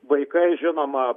vaikai žinoma